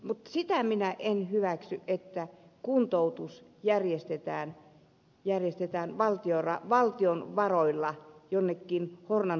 mutta sitä minä en hyväksy että kuntoutus järjestetään valtion varoilla jonnekin hornan